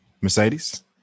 Mercedes